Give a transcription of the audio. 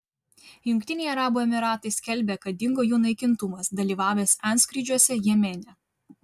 jungtiniai arabų emyratai skelbia kad dingo jų naikintuvas dalyvavęs antskrydžiuose jemene